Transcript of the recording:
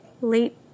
late